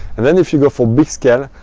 and then if you go for big scale,